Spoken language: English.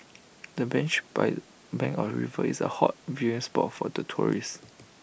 the bench by bank of river is A hot viewing spot for the tourists